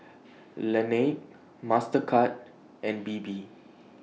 Laneige Mastercard and Bebe